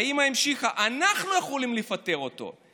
האימא המשיכה: אנחנו יכולים לפטר אותו.